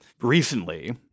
recently